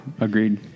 Agreed